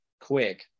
quick